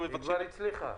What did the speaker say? היא כבר הצליחה.